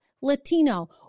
Latino